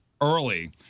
early